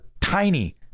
tiny